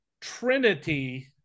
Trinity